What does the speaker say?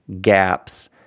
gaps